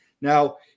Now